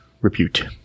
repute